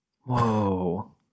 Whoa